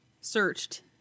searched